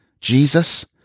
Jesus